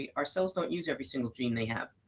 our cells don't use every single gene they have.